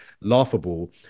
laughable